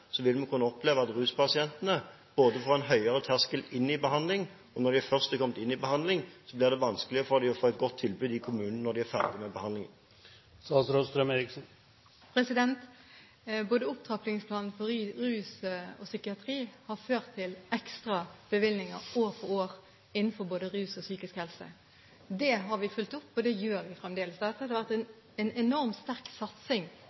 vil vi kunne oppleve at ruspasientene får en høyere terskel inn i behandling, og når de først er kommet inn i behandling, blir det vanskeligere for dem å få et godt tilbud i kommunen når de er ferdig med behandlingen. Både opptrappingsplanen for rusfeltet og opptrappingsplanen for psykiatri har ført til ekstra bevilgninger år for år innenfor både rus og psykisk helse. Det har vi fulgt opp, og det gjør vi fremdeles. Det har vært en enormt sterk satsing